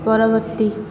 ପରବର୍ତ୍ତୀ